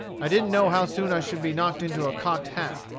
i didn't know how soon i should be knocked into a cocked hat,